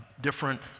different